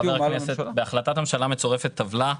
חבר הכנסת, בהחלטת ממשלה מצורפת טבלה,